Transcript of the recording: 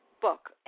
book